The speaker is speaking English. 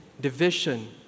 division